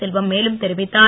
செல்வம் மேலும் தெரிவித்தார்